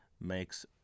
makes